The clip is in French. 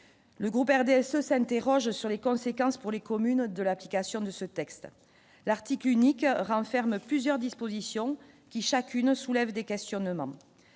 le groupe RDSE s'interroge sur les conséquences pour les communes de l'application de ce texte, l'article unique renferme plusieurs dispositions qui chacune soulève des questionnements